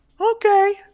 Okay